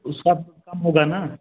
उसका कम होगा ना